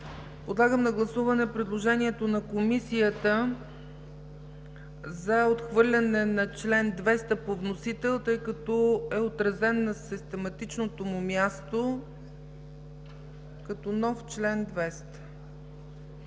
Подлагам на гласуване предложението на Комисията за отхвърляне на чл. 200 по вносител, тъй като е отразен на систематичното му място като нов чл. 200.